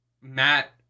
Matt